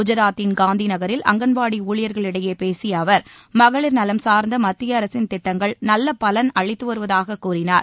குஜராத்தின் காந்திநகில் அங்கன்வாடி ஊழியர்களிடையே பேசிய அவர் மகளிர் நலம்சார்ந்த மத்திய அரசின் திட்டங்கள் நல்ல பலன் அளிதது வருவதாக கூறினார்